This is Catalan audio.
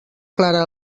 clara